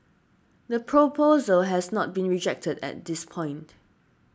the proposal has not been rejected at this point